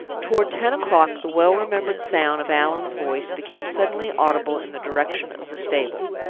toward ten o'clock the well-remembered sound of allan's voice became suddenly audible in the direction of the stables.